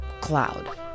cloud